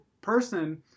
person